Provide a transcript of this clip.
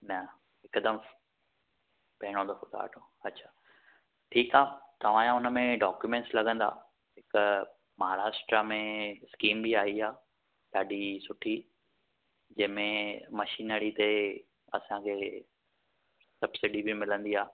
न हिकदमि पहिरियों दफ़ो था वठो अच्छा ठीकु आहे तव्हांजो हुन में डॉक्यूमेंट्स लॻंदा हिक महाराष्ट्र में स्कीम बि आई आहे ॾाढी सुठी जंहिंमें मशीनरी ते असांखे सब्सिडी बि मिलंदी आहे